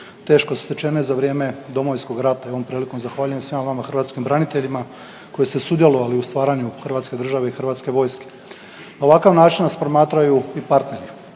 teško stečene za vrijeme Domovinskog rata i ovom prilikom zahvaljujem svima vama hrvatskim braniteljima koji ste sudjelovali u stvaranju hrvatske države i HV-a. Na ovakav način nas promatraju i partneri.